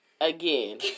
Again